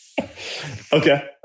Okay